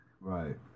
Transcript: Right